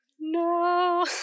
no